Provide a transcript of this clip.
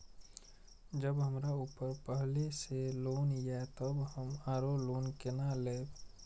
जब हमरा ऊपर पहले से लोन ये तब हम आरो लोन केना लैब?